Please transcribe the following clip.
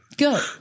Go